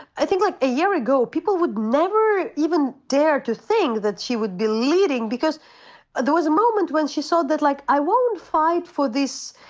i think like a year ago, people would never even dare to think that she would be leading, because there was a moment when she saw that, like, i won't fight for this,